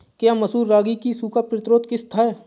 क्या मसूर रागी की सूखा प्रतिरोध किश्त है?